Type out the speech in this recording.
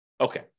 Okay